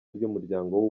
ry’umuryango